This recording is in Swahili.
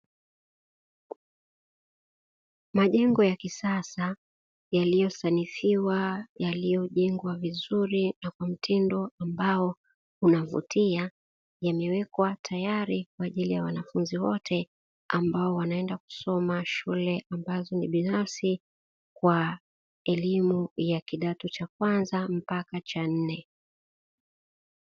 Majengo ya kisasa yaliyosanifiwa, yaliyojengwa vizuri na kwa mtindo ambao unavutia, yamewekwa tayari kwaajili ya wanafunzi wote ambao wanaenda kusoma shule ambazo ni binafsi kwa elimu ya kidato cha kwanza mpaka cha nne.